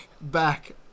back